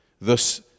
thus